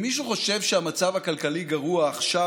אם מישהו חושב שהמצב הכלכלי גרוע עכשיו,